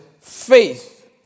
Faith